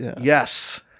Yes